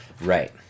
Right